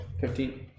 Fifteen